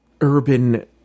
urban